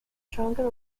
drunkard